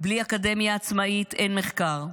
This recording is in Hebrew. בלי אקדמיה עצמאית אין מחקר,